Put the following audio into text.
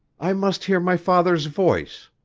i must hear my father's voice.